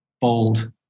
bold